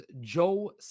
Joe